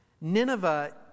Nineveh